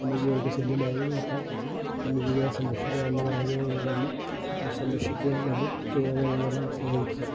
വന്യജീവികൾക്ക് ശല്യമായി ആകാതിരിക്കട്ടെ വന്യജീകളെ സംരക്ഷിക്കുക എന്ന് പറയുന്നത് കൊണ്ട് സംരക്ഷിക്കാൻ വേണ്ടി ചെയ്യാവുന്നതെല്ലാം സ്വീകരിക്കുക